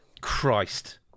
Christ